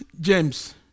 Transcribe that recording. James